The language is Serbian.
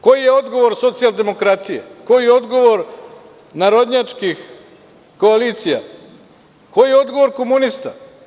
Koji je odgovor socijaldemokratije, koji je odgovor narodnjačkih koalicija, koji je odgovor komunista?